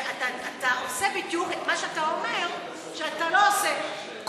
אתה עושה בדיוק את מה שאתה אומר שאתה לא עושה,